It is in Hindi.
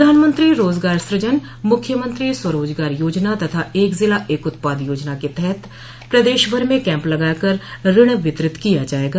प्रधानमंत्री रोजगार सृजन मुख्यमंत्री स्वरोजगार योजना तथा एक जिला एक उत्पाद योजना क तहत प्रदेश भर मं कैम्प लगाकर ऋण वितरित किया जायेगा